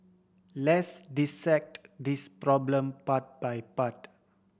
let's dissect this problem part by part